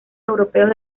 europeos